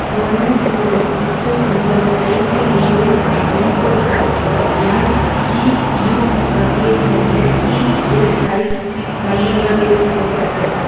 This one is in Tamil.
ஒன்று ஜீரோ எட்டு ஒன்பது ஐந்து ஏழு என்ற பின்கோடு பகுதியில் எம்இயூடி வகையை சேர்ந்த இஎஸ்ஐசி மையங்கள் எதுவும் இருக்கிறதா